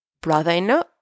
brother-in-law